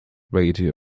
radio